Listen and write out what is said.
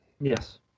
Yes